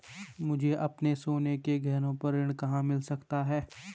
मुझे अपने सोने के गहनों पर ऋण कहाँ मिल सकता है?